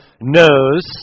knows